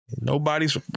Nobody's